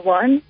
one